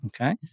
Okay